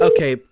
Okay